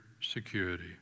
security